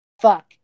fuck